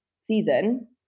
season